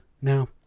Now